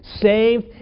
saved